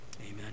Amen